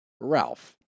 Ralph